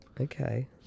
Okay